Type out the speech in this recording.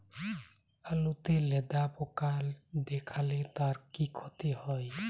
আলুতে লেদা পোকা দেখালে তার কি ক্ষতি হয়?